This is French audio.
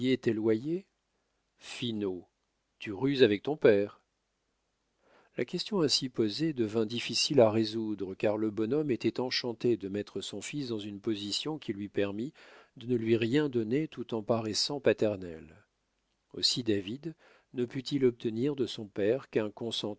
finaud tu ruses avec ton père la question ainsi posée devint difficile à résoudre car le bonhomme était enchanté de mettre son fils dans une position qui lui permît de ne lui rien donner tout en paraissant paternel aussi david ne put-il obtenir de son père qu'un